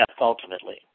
ultimately